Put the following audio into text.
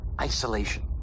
isolation